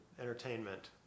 entertainment